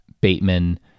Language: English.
Bateman